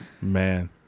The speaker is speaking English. Man